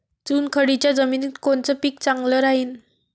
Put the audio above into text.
चुनखडीच्या जमिनीत कोनचं पीक चांगलं राहीन?